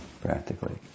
practically